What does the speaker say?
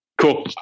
cool